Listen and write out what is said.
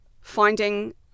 finding